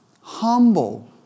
humble